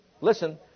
listen